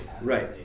Right